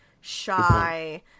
shy